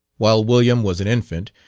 while william was an infant,